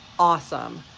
awesome.